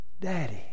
Daddy